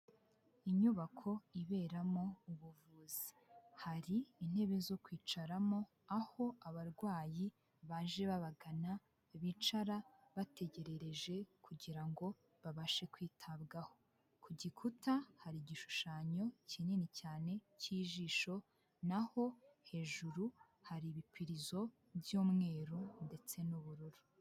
Inyubako iberamo ubuvuzi hari intebe zo kwicaramo aho abarwayi baje babagana bicara bategerereje kugira ngo babashe kwitabwaho, ku gikuta hari igishushanyo kinini cyane cy'ijisho, naho hejuru hari ibipirizo by'umweru ndetse n'ubururu.